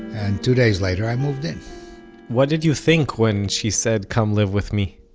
and two days later i moved in what did you think when she said come live with me?